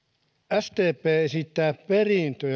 sdp esittää perintö